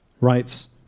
writes